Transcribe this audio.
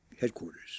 headquarters